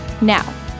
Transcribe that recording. Now